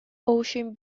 ocean